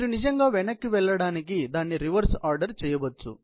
మీరు నిజంగా వెనక్కి వెళ్ళడానికి దాని రివర్స్ ఆర్డర్ చేయవచ్చు